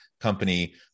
company